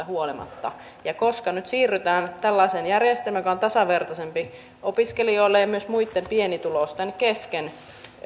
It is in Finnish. huolimatta ja koska nyt siirrytään tällaiseen järjestelmään joka on tasavertaisempi opiskelijoille ja myös muitten pienituloisten kesken